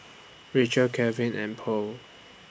Rachel Kalvin and Purl